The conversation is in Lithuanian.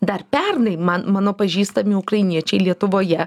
dar pernai man mano pažįstami ukrainiečiai lietuvoje